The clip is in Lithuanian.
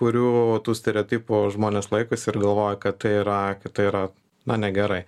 kurių tų stereotipų žmonės laikosi ir galvoja kad tai yra kad tai yra na negerai